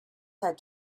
had